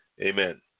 Amen